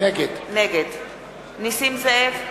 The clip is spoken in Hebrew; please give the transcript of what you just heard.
נגד נסים זאב,